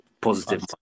positive